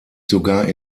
sogar